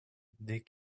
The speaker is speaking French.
dès